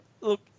look